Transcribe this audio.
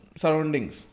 surroundings